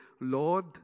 Lord